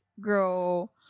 grow